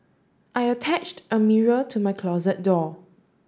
I attached a mirror to my closet door